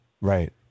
Right